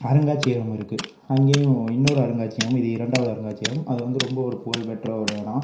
அருங்காட்சியகம் இருக்கு அங்கேயும் இன்னொரு அருங்காட்சியகம் இது இரண்டாவது அருங்காட்சியகம் அது வந்து ரொம்ப ஒரு புகழ்பெற்ற ஒரு இடம்